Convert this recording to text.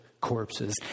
corpses